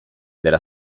della